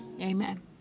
amen